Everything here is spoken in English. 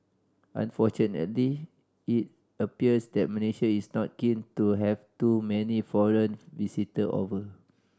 unfortunately it appears that Malaysia is not keen to have too many foreign visitor over